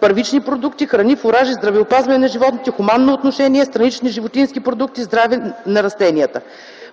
(първични продукти, храни, фуражи, здравеопазване на животните, хуманно отношение, странични животински продукти, здраве на растенията).